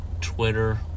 twitter